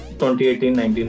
2018-19